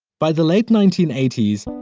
by the late nineteen eighty s,